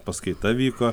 paskaita vyko